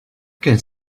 can